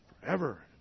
forever